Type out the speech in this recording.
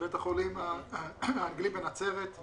וסים דביני, מבית החולים האנגלי בנצרת,